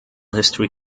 history